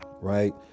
right